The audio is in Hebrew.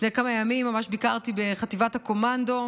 ממש לפני כמה ימים ביקרתי בחטיבת הקומנדו,